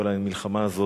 כל המלחמה הזאת,